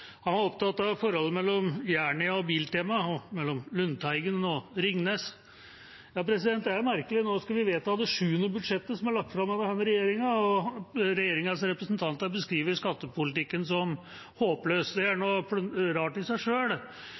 Han var opptatt av forholdet mellom Jernia og Biltema og mellom Lundetangen og Ringnes. Det er merkelig – nå skal vi vedta det sjuende budsjettet som er lagt fram av denne regjeringa, og regjeringspartienes representanter beskriver skattepolitikken som håpløs. Det er nå rart i seg